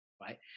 right